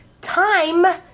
Time